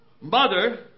mother